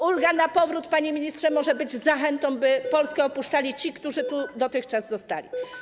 Ulga na powrót, panie ministrze, może być zachętą, by Polskę opuszczali ci, którzy tu dotychczas zostali.